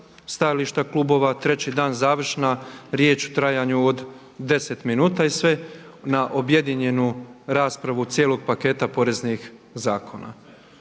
stajališta klubova, treći dan završna riječ u trajanju od 10 minuta i sve na objedinjenu raspravu cijelog paketa poreznih zakona.